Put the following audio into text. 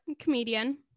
comedian